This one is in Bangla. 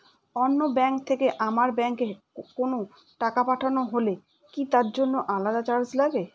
অন্য ব্যাংক থেকে আমার ব্যাংকে কোনো টাকা পাঠানো হলে কি তার জন্য আলাদা চার্জ লাগে?